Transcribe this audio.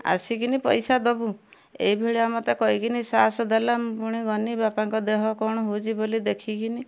ଆସିକିନି ପଇସା ଦବୁ ଏଇଭଳିଆ ମତେ କହିକିନି ସାହସ ଦେଲା ମୁଁ ପୁଣି ଗନି ବାପାଙ୍କ ଦେହ କ'ଣ ହଉଛି ବୋଲି ଦେଖିକିନି